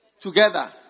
together